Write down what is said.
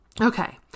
Okay